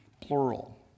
plural